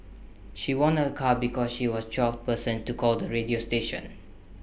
she won A car because she was the twelfth person to call the radio station